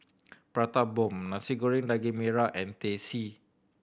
Prata Bomb Nasi Goreng Daging Merah and Teh C